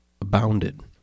abounded